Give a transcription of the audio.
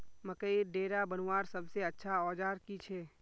मकईर डेरा बनवार सबसे अच्छा औजार की छे?